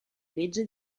legge